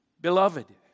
Beloved